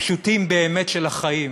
הפשוטים באמת של החיים,